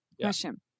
Question